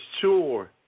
sure